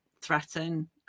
threaten